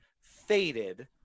faded –